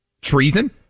treason